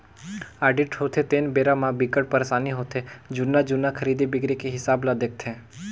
audit होथे तेन बेरा म बिकट परसानी होथे जुन्ना जुन्ना खरीदी बिक्री के हिसाब ल देखथे